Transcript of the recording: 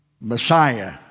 Messiah